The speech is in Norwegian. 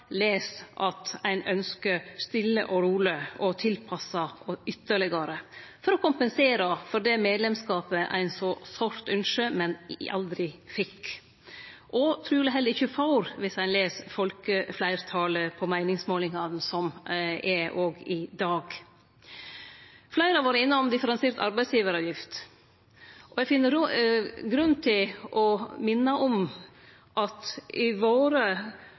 les at ein ynskjer stille og roleg å tilpasse ytterlegare for å kompensere for den medlemskapen ein så sårt ynskjer, men aldri fekk – og truleg heller ikkje får, viss ein les folkefleirtalet på meiningsmålingane i dag òg. Fleire har vore innom differensiert arbeidsgivaravgift. Eg finn grunn til å minne om at i våre